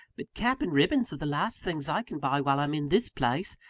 but cap and ribbons are the last things i can buy while i'm in this place.